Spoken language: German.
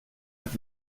wird